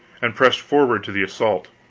and pressing forward to the assault.